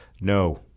no